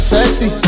Sexy